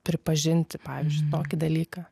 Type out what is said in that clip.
pripažinti pavyzdžiui tokį dalyką